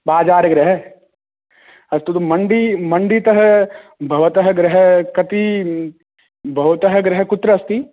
बाजारगृह अस्तु तु मण्डी मण्डीतः भवतः गृहं कति भवतः गृहं कुत्र अस्ति